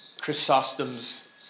Chrysostom's